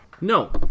No